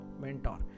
mentor